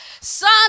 son